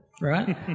right